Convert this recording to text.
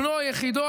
בנו יחידו,